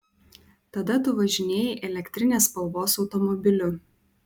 tada tu važinėjai elektrinės spalvos automobiliu